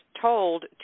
told